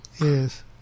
Yes